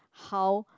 how